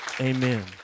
Amen